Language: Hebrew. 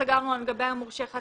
סגרנו לגבי מורשה חתימה.